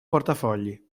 portafogli